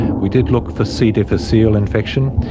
we did look for c difficile infection.